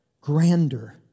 grander